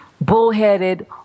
bullheaded